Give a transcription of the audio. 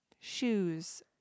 shoes